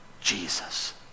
Jesus